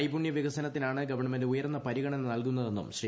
നൈപുണ്യ വികസനത്തിനാണ് ഗവൺമെന്റ് ഉയർന്ന പരിഗണന നൽകുന്നതെന്നും ശ്രീ